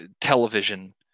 television